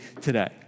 today